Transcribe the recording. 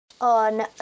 on